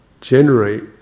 generate